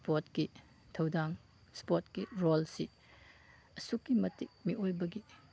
ꯏꯁꯄꯣꯔꯠꯀꯤ ꯊꯧꯗꯥꯡ ꯏꯁꯄꯣꯔꯠꯀꯤ ꯔꯣꯜꯁꯤ ꯑꯁꯨꯛꯀꯤ ꯃꯇꯤꯛ ꯃꯤꯑꯣꯏꯕꯒꯤ